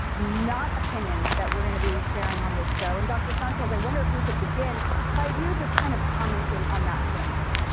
not opinions that we are going to be sharing on the show. and dr. sanchez, i wonder if we can begin by you kind of commenting on that point.